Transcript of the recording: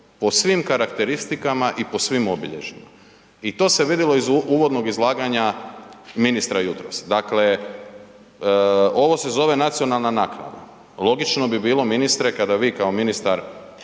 po svim karakteristikama i po svim obilježjima i to se vidjelo iz uvodnog izlaganja ministra jutros. Dakle, ovo se zove nacionalna naknada, logično bi bilo ministre, kada vi kao ministar